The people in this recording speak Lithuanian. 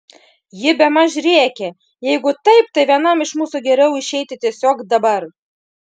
ji bemaž rėkė jeigu taip tai vienam iš mūsų geriau išeiti tiesiog dabar